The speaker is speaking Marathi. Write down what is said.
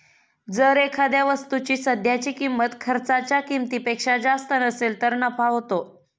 जर एखाद्या वस्तूची सध्याची किंमत खर्चाच्या किमतीपेक्षा जास्त असेल तर नफा होतो